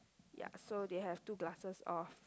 ya so they have two glasses of